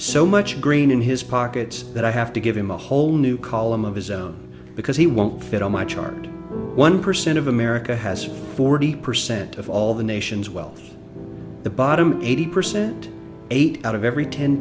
so much green in his pockets that i have to give him a whole new column of his own because he won't fit on my chart and one percent of america has forty percent of all the nation's wealth the bottom eighty percent eight out of every ten